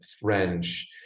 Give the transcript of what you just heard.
French